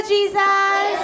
Jesus